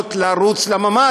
יכולות לרוץ לממ"ד.